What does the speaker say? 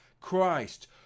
christ